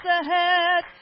ahead